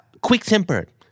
quick-tempered